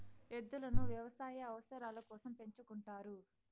ఎద్దులను వ్యవసాయ అవసరాల కోసం పెంచుకుంటారు